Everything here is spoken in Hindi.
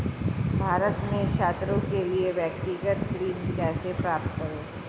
भारत में छात्रों के लिए व्यक्तिगत ऋण कैसे प्राप्त करें?